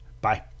bye